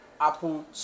Apple